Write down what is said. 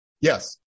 Yes